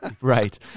right